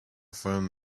phone